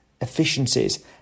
efficiencies